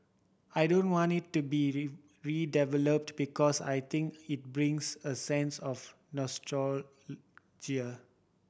I don't want it to be redeveloped because I think it brings a sense of